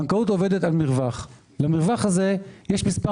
בנקאות עובדת על מרווח, ולמרווח הזה יש מספר